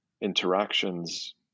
interactions